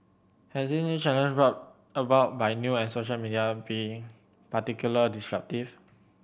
has this new challenge brought about by new and social media been particular disruptive